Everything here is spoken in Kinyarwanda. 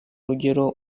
rugero